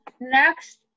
next